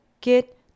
get